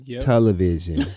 television